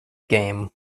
game